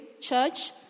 church